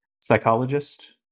psychologist